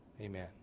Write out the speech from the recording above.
Amen